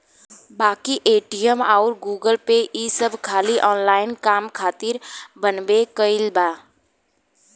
बाकी पेटीएम अउर गूगलपे ई सब खाली ऑनलाइन काम खातिर बनबे कईल बा